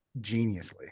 geniusly